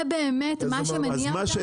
זה באמת מה שמניע.